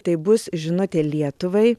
tai bus žinutė lietuvai